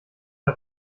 der